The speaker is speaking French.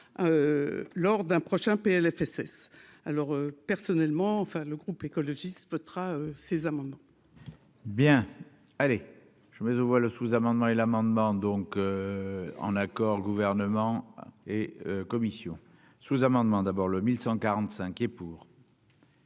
lors d'un prochain Plfss alors personnellement, enfin le groupe écologiste votera ces amendements. Bien. Allez, je vous envoie le sous-amendement et l'amendement donc en accord, le gouvernement et Commission sous-amendement d'abord le 1145 et pour.